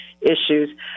issues